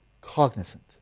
cognizant